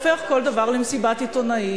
הופך כל דבר למסיבת עיתונאים,